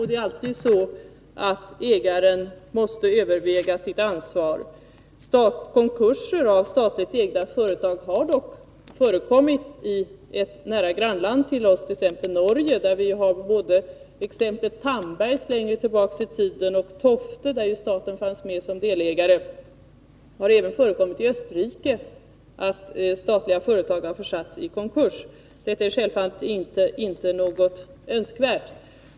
Det är alltid så att ägaren måste överväga sitt ansvar. Konkurser av statligt ägda företag har dock förekommit i ett nära grannland till oss — jag tänker på Norge, där vi har både exemplet Tandbergs längre tillbaka i tiden och Tofte, där staten fanns med som delägare. Det har även förekommit i Österrike att statliga företag försatts i konkurs. Detta är självfallet inte någonting önskvärt.